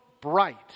bright